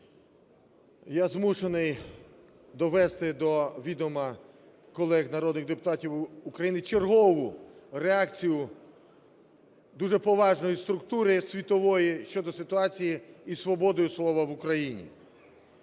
Я змушений довести до відома колег народних депутатів України чергову реакцію дуже поважної структури світової щодо ситуації із свободою слова в Україні.